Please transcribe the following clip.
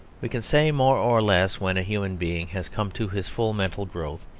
we can say more or less when a human being has come to his full mental growth,